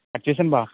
వచ్చేశాంగా